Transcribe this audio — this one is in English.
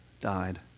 died